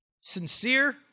Sincere